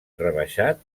rebaixat